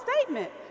statement